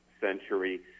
century